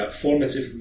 formative